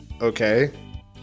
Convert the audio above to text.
Okay